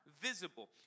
visible